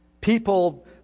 People